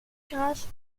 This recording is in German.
gras